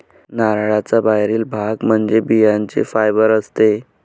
नारळाचा बाहेरील भाग म्हणजे बियांचे फायबर असते